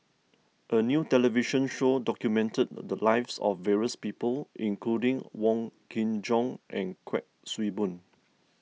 a new television show documented the lives of various people including Wong Kin Jong and Kuik Swee Boon